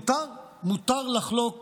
מותר, מותר לחלוק